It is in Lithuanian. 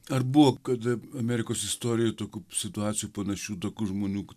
ar buvo kada amerikos istorijoj tokių situacijų panašių tokių žmonių